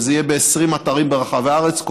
וזה יהיה ב-20 אתרים ברחבי הארץ,